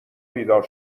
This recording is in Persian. بیدار